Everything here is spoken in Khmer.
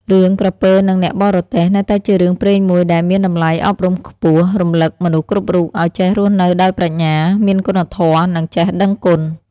រឿង "ក្រពើនឹងអ្នកបរទេះ" នៅតែជារឿងព្រេងមួយដែលមានតម្លៃអប់រំខ្ពស់ រំឭកមនុស្សគ្រប់រូបឲ្យចេះរស់នៅដោយប្រាជ្ញា មានគុណធម៌ និងចេះដឹងគុណ។